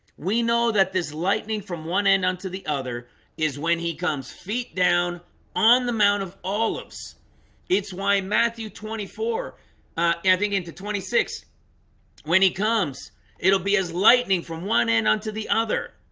we know that this lightning from one end unto the other is when he comes feet down on the mount of olives it's why matthew twenty four, ah, i think into twenty six when he comes it'll be as lightning from one end unto the other.